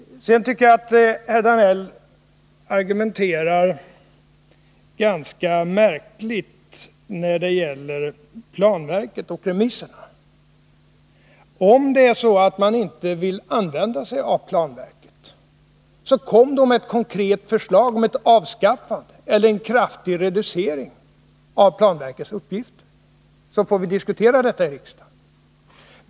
Sedan tycker jag att herr Danell argumenterar ganska märkligt när det gäller planverket och remisserna. Om det är så att ni inte vill använda er av planverket, kom då med ett konkret förslag om avskaffande av planverket eller en kraftig reducering av planverkets uppgifter, så får vi diskutera detta i riksdagen.